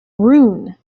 rune